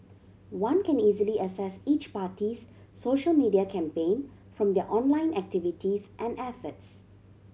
one can easily assess each party's social media campaign from their online activities and efforts